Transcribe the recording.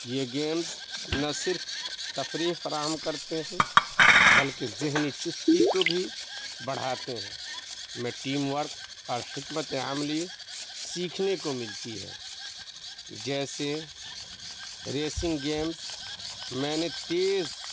یہ گیمز نہ صرف تفریح فراہم کرتے ہیں بلکہ ذہنی چستی کو بھی بڑھاتے ہیں میں ٹیم ورک اور حدمت عملی سیکھنے کو ملتی ہے جیسے ریسنگ گیمز میں نے تیز